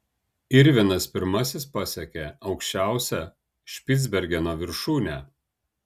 irvinas pirmasis pasiekė aukščiausią špicbergeno viršūnę